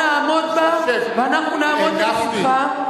אנא עמוד בה ואנחנו נעמוד לצדך,